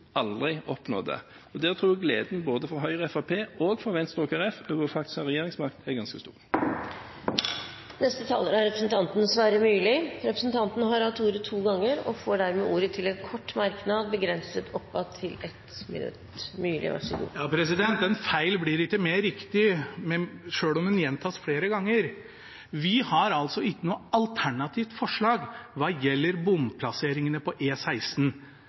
aldri oppnådde. Jeg tror gleden både for Høyre og Fremskrittspartiet, og for Venstre og Kristelig Folkeparti, over å ha regjeringsmakt er ganske stor. Representanten Sverre Myrli har hatt ordet to ganger tidligere og får ordet til en kort merknad, begrenset til 1 minutt. En feil blir ikke mer riktig selv om den gjentas flere ganger. Vi har altså ikke noe alternativt forslag når det gjelder bomplasseringene på